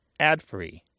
adfree